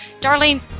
Darlene